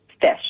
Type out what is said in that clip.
fish